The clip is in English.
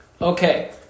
Okay